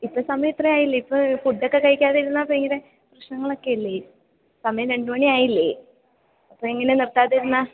ഇപ്പോൾ സമയമിത്രയും ആയില്ലേ ഇപ്പോൾ ഫുഡ് ഒക്കെ കഴിക്കാതിരുന്നാൽ ഭയങ്കര പ്രശ്നങ്ങളൊക്കെയല്ലേ സമയം രണ്ട് മണിയായില്ലേ അപ്പോൾ ഇങ്ങനെ നിർത്താതിരുന്നാൽ